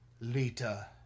Lita